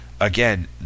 Again